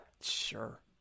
Sure